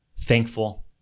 thankful